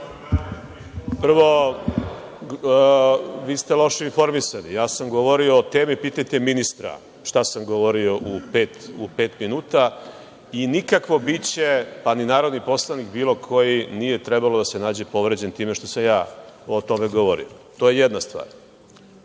Prvo, vi ste loše informisani. Ja sam govorio o temi, pitajte ministra šta sam govorio u pet minuta i nikakvo biće, pa ni narodni poslanik, bilo koji, nije trebalo da se nađe povređen time što sam ja o tome govorio. To je jedna stvar. Druga